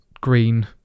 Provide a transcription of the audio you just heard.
Green